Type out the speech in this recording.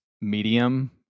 medium